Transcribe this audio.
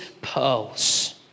pearls